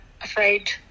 afraid